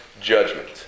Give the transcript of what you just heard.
judgment